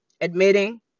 admitting